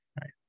right